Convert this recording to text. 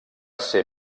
ser